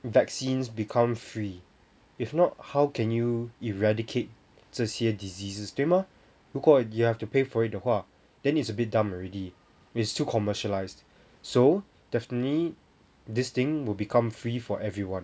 vaccines become free if not how can you eradicate 这些 diseases 对吗如果 you have to pay for it 的话 then it's a bit dumb already it's too commercialized so definitely this thing will become free for everyone